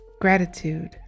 Gratitude